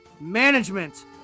management